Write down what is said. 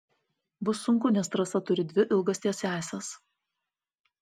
bus sunku nes trasa turi dvi ilgas tiesiąsias